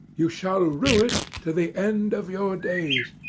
you shall rue it to the end of your days.